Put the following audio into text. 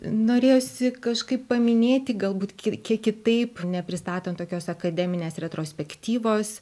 norėjosi kažkaip paminėti galbūt ki kiek kitaip nepristatant tokios akademinės retrospektyvos